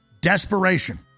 Desperation